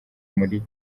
muri